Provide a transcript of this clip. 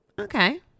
Okay